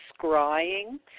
scrying